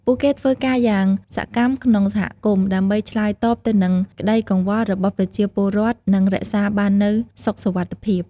ពួកគេធ្វើការយ៉ាងសកម្មក្នុងសហគមន៍ ដើម្បីឆ្លើយតបទៅនឹងក្តីកង្វល់របស់ប្រជាពលរដ្ឋ និងរក្សាបាននូវសុខសុវត្ថិភាព។